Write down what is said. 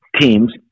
teams